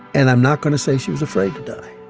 and i'm not going to say she was afraid to die.